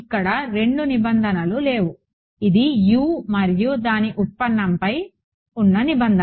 ఇక్కడ రెండు నిబంధలను లేవు ఇది U మరియు దాని ఉత్పన్నంపై ఉన్న నిబంధన